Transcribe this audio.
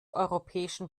europäischen